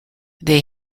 they